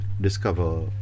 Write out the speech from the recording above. discover